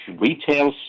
Retail